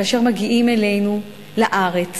כאשר מגיעים אלינו לארץ